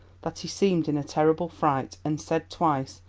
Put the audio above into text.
that he seemed in a terrible fright, and said twice,